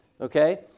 okay